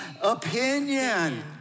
Opinion